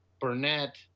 burnett